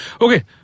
Okay